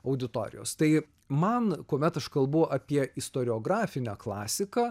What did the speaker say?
auditorijos tai man kuomet aš kalbu apie istoriografinę klasiką